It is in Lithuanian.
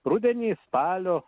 rudenį spalio